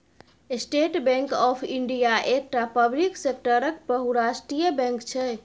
state Bank of India एकटा public सेक्टरक बहुराष्ट्रीय बैंक छै